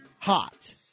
Hot